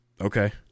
okay